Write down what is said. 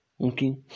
okay